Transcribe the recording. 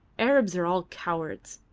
arabs are all cowards.